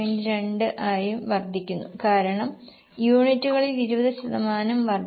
2 ആയും വർദ്ധിക്കുന്നു കാരണം യൂണിറ്റുകളിൽ 20 ശതമാനം വർധനവ്